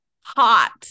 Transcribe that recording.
Hot